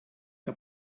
que